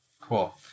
Cool